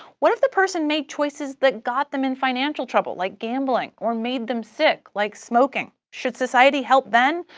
what if the person made choices that got them in financial trouble, like gambling or made them sick, like smoking? should society help then?